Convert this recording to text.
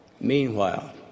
Meanwhile